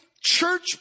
church